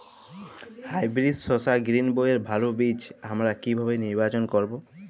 Hybrid শসা গ্রীনবইয়ের ভালো বীজ আমরা কিভাবে নির্বাচন করব?